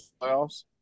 playoffs